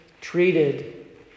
treated